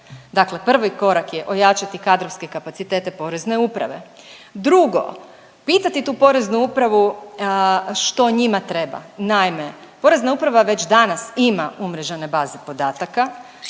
Dakle, prvi korak je ojačati kadrovske kapacitete Porezne uprave. Drugo pitati tu Poreznu upravu što njima treba? Naime, Porezna uprava već danas ima umrežene baze podataka.